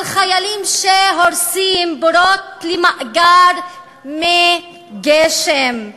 על חיילים שהורסים בורות למאגר מי גשם,